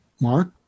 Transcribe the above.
Mark